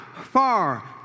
far